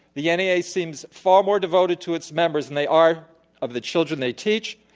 the yeah nea seems far more devoted to its members than they are of the children they teach.